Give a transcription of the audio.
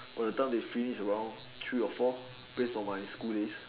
by the time they finish around three or four based on my school days